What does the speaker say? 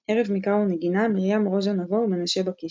ערב מקרא ונגינה – מרים רוז'ה-נבו ומנשה בקיש